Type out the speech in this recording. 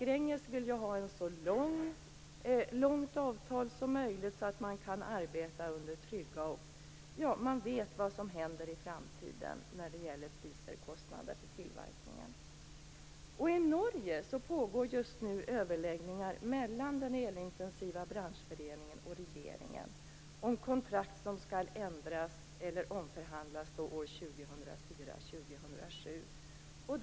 Gränges vill ju ha ett avtal som täcker en så lång period som möjligt så att man vet vad som händer i framtiden när det gäller kostnader för tillverkningen. I Norge pågår just nu överläggningar mellan den elintensiva branschföreningen och regeringen om kontrakt som skall ändras eller omförhandlas år 2004-2007.